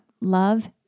Love